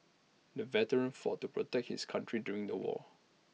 the veteran fought to protect his country during the war